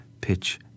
pitch